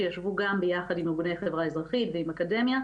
שישבו גם ביחד עם ארגוני החברה האזרחית והאקדמיה,